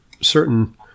certain